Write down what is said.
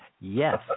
yes